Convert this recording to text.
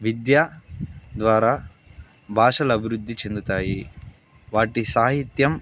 విద్య ద్వారా భాషలు అభివృద్ది చెందుతాయి వాటి సాహిత్యం